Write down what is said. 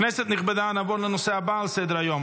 כנסת נכבדה, נעבור לנושא הבא על סדר-היום.